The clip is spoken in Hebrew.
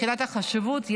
מבחינת החשיבות,